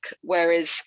Whereas